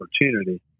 opportunity